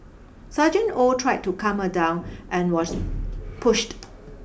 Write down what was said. Sergeant Oh tried to calm her down and was pushed